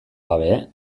gabe